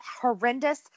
Horrendous